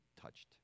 touched